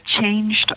changed